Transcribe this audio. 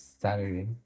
Saturday